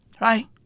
right